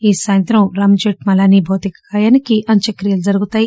ఈ సాయంత్రం ఆయన భౌతికగాయానికి అంత్యక్రియలు జరుగుతాయి